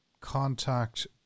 contact